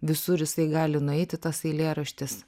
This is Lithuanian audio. visur jisai gali nueiti tas eilėraštis